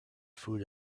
food